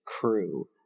crew